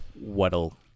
what'll